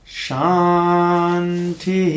shanti